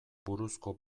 buruzko